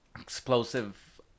explosive